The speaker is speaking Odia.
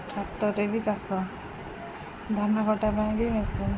ଟ୍ରାକ୍ଟର୍ରେ ବି ଚାଷ ଧାନ କଟା ପାଇଁ ବି ମେସିନ୍